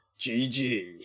gg